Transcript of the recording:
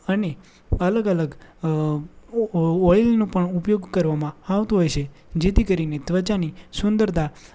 અને અલગ અલગ ઓ ઓઇલનો પણ ઉપયોગ કરવામાં આવતો હોય છે જેથી કરીને ત્વચાની સુંદરતા